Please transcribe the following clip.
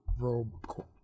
robe